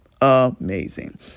Amazing